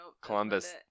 Columbus